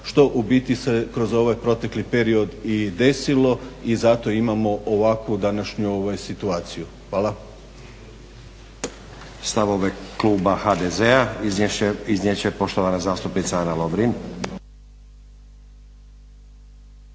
što u biti se kroz ovaj protekli period i desilo i zato imamo ovakvu današnju situaciju. Hvala.